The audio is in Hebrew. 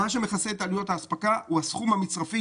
מה שמכסה את עלויות האספקה הוא הסכום המצרפי